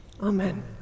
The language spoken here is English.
Amen